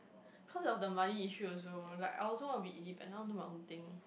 cause of the money issue also like I also want to be independent I want to do my own thing